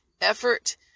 effort